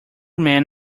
man